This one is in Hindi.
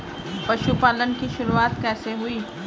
पशुपालन की शुरुआत कैसे हुई?